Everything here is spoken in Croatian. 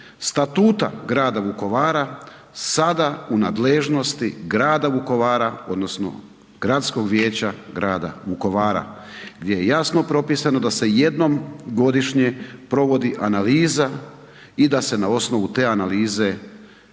Statuta Grada Vukovara, sada u nadležnosti Grada Vukovara odnosno gradskog vijeća Grada Vukovara, gdje je jasno propisano da se jednom godišnje provodi analiza i da se na osnovu te analize